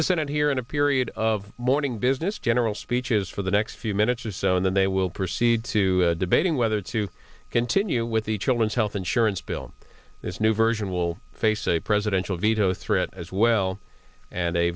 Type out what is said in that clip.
senate here in a period of mourning business general speeches for the next few minutes or so and then they will proceed to debating whether to continue with the children's health insurance bill this new version will face a presidential veto threat as well and